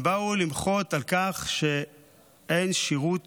הם באו למחות על כך שאין שירות